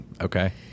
okay